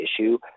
issue